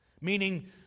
Meaning